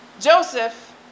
Joseph